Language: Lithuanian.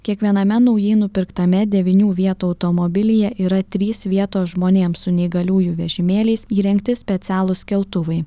kiekviename naujai nupirktame devynių vietų automobilyje yra trys vietos žmonėms su neįgaliųjų vežimėliais įrengti specialūs keltuvai